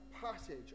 passage